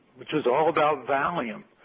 which is all about valium.